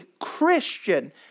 Christian